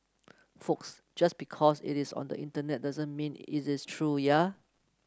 folks just because it is on the Internet doesn't mean it is true ya